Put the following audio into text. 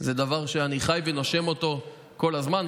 זה דבר שאני חי ונושם אותו כל הזמן.